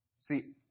See